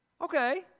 Okay